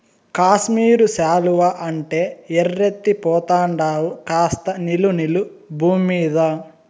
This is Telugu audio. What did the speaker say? కాశ్మీరు శాలువా అంటే ఎర్రెత్తి పోతండావు కాస్త నిలు నిలు బూమ్మీద